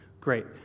Great